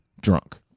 Drunk